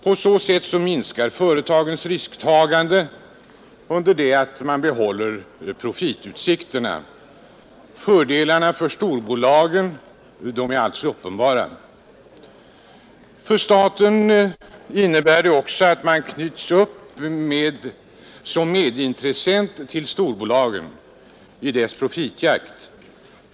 På så sätt minskar företagens risktagande under det att man bibehåller profitutsikterna. Fördelarna för storbolagen är alltså uppenbara För staten innebär det att man knyts u; »m medintressent till storbolagen i deras profitjakt.